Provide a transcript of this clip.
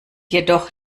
jedoch